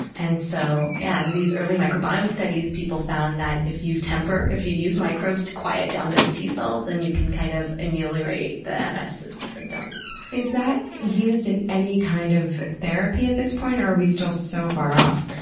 and so yeah and these early microbiome studies people found that if you temper, if you use microbes to quiet down those t-cells, then and you can kind of ameliorate the um ms symptoms. is that used in any kind of therapy at this point, or are we still so far off?